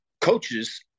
coaches